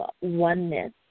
oneness